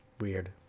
Weird